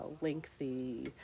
lengthy